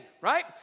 right